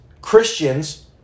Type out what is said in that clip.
Christians